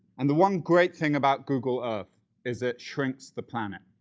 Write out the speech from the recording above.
and the one great thing about google ah earth is it shrinks the planet.